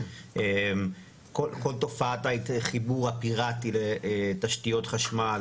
כל תופעת החיבור הפיראטי לתשתיות חשמל,